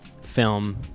film